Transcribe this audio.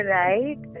right